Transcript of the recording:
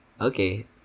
okay